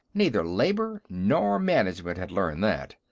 neither labor nor management had learned that.